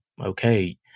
okay